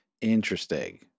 Interesting